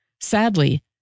Sadly